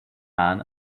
man